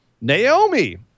Naomi